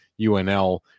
UNL